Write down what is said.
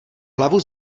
hlavu